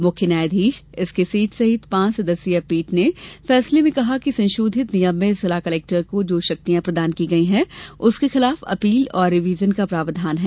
मुख्य न्यायाधीश एसकेसेठ सहित पांच सदस्यीय पीठ ने फैसले में कहा कि संशोधित नियम में जिला कलेक्टर को जो शक्तियां प्रदान की गयी है उसके खिलाफ अपील और रिवीजन का प्रावधान है